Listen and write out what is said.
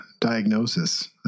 diagnosis